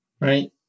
right